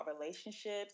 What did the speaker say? relationships